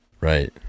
Right